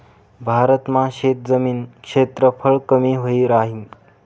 भारत मा शेतजमीन क्षेत्रफळ कमी व्हयी राहीन